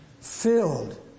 filled